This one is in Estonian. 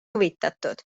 huvitatud